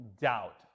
doubt